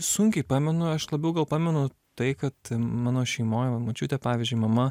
sunkiai pamenu aš labiau gal pamenu tai kad mano šeimoj močiutė pavyzdžiui mama